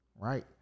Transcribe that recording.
Right